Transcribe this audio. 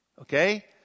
Okay